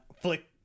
flick